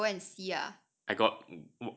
!huh! means that you got go and see ah